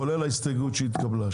כולל ההסתייגות שהתקבלה,